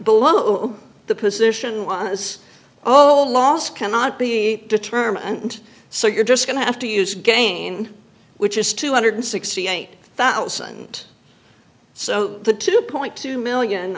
below the position was oh the last cannot be determined so you're just going to have to use again which is two hundred sixty eight thousand so the two point two million